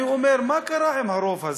אני אומר: מה קרה עם הרוב הזה,